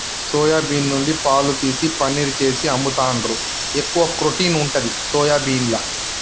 soya bean నుండి పాలు తీసి పనీర్ చేసి అమ్ముతాండ్రు, ఎక్కువ ప్రోటీన్ ఉంటది సోయాబీన్ల